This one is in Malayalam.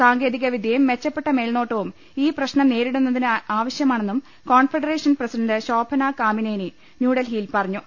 സാങ്കേതികവിദ്യയും മെച്ച പ്പെട്ട മേൽനോട്ടവും ഈ പ്രശ്നം നേരിടുന്നതിന് ആവശ്യ മാണെന്നും confederation president Shobhana Kamineni ന്യൂഡൽഹിയിൽ പറഞ്ഞു